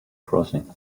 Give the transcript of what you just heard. crossing